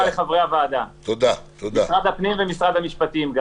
לחברי הוועדה, למשרד הפנים ולמשרד המשפטים.